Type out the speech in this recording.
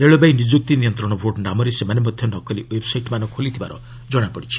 ରେଳବାଇ ନିଯୁକ୍ତି ନିୟନ୍ତ୍ରଣ ବୋର୍ଡ ନାମରେ ସେମାନେ ମଧ୍ୟ ନକଲି ଓ୍ୱେବ୍ସାଇଟ୍ମାନ ଖୋଲିଥିବାର ଜଣାପଡ଼ିଛି